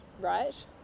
right